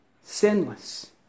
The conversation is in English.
sinless